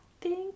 thank